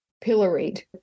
pilloried